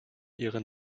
ihren